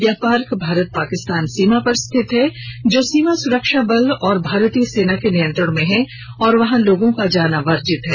यह पार्क भारत पाकिस्तान सीमा पर स्थित है जो सीमा सुरक्षा बल और भारतीय सेना के नियंत्रण में है और वहां लोगों का जाना वर्जित है